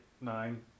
nine